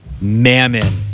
Mammon